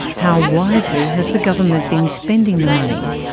how wisely has the government been spending the money?